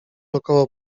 około